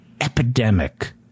epidemic